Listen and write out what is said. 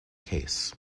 case